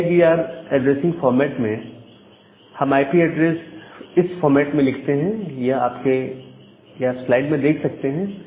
CIDR addressing format में हम IP address इस फॉर्मेट में लिखते हैं यह आप स्लाइड में देख सकते हैं